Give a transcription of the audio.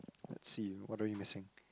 let's see what are you missing